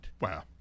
Wow